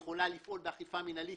היא יכולה לפעול באכיפה מנהלית,